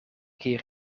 keer